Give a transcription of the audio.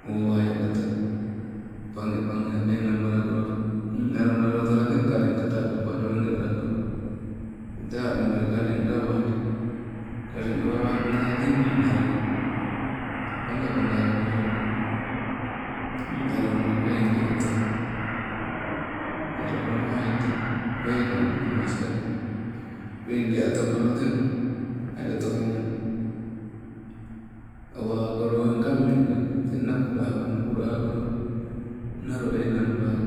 Owaio, kata pangepage enang balakolo niinalo loo otola tangka ule kata opali wage alakolo, tee alenuwai teka ule gawali, kaleng ule gawalawainoketai teng niinalo, pangapangalo loo, niinalo pegea otowai alo alama aite, wekango namas lapi. Pegia otokolo teng, aii oto wainang awa owakolo eng, kameui teng napula awai, napula akolo, nalo enang ba,